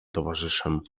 towarzyszem